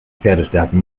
pferdestärken